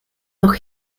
noch